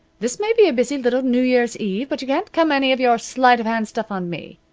this may be a busy little new year's eve, but you can't come any of your sleight-of-hand stuff on me.